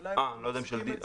השאלה אם אתם מפסיקים את זה?